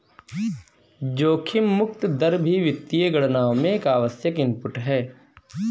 जोखिम मुक्त दर भी वित्तीय गणनाओं में एक आवश्यक इनपुट है